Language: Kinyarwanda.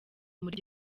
muri